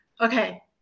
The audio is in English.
Okay